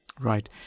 Right